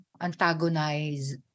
antagonize